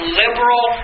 liberal